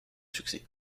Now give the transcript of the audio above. succès